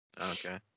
Okay